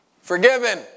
forgiven